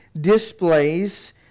displays